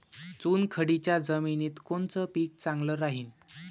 चुनखडीच्या जमिनीत कोनचं पीक चांगलं राहीन?